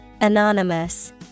Anonymous